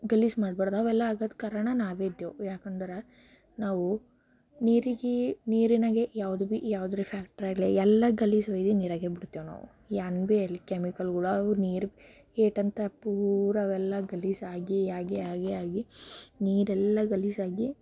ಗಲೀಜು ಮಾಡ್ಬಾರ್ದು ಅವೆಲ್ಲ ಆಗೋದು ಕಾರಣ ನಾವೇ ಇದ್ದೇವೆ ಏಕೆಂದ್ರೆ ನಾವು ನೀರಿಗೆ ನೀರಿನಾಗೆ ಯಾವುದು ಭಿ ಯಾವ್ದಾರ ಫ್ಯಾಕ್ಟ್ ಆಗಲಿ ಎಲ್ಲ ಗಲೀಜು ಒಯ್ಲಿ ನೀರಗೆ ಬಿಡ್ತೇವೆ ನಾವು ಏನು ಭೀ ಎಲ್ಲಿ ಕೆಮಿಕಲ್ ಉಳಾವು ನೀರು ಏಟು ಅಂತ ಪೂರ ಅವೆಲ್ಲ ಗಲೀಜು ಆಗಿ ಆಗಿ ಆಗಿ ಆಗಿ ನೀರೆಲ್ಲ ಗಲೀಜಾಗಿ